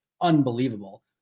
unbelievable